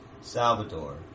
Salvador